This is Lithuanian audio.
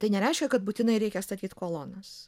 tai nereiškia kad būtinai reikia statyt kolonas